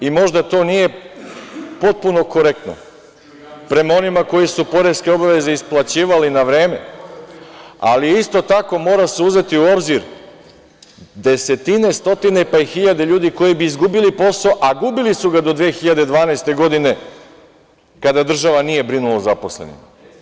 Možda to nije potpuno korektno prema onima koji su poreske obaveze isplaćivali na vreme, ali isto tako se mora uzeti u obzir da desetine, stotine pa i hiljade ljudi koji bi izgubili posao, a gubili su ga do 2012. godine, kada država nije brinula o zaposlenima.